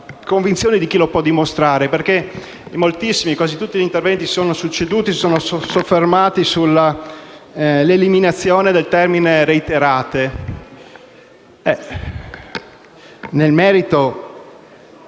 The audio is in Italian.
convinzione di chi lo può dimostrare. Moltissimi, quasi tutti gli interventi che si sono succeduti si sono soffermati sull'eliminazione del termine «reiterate». Nel merito,